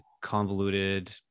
convoluted